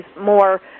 more